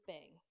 Bang